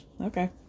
Okay